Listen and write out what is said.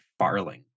Farling